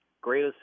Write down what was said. great